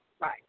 Right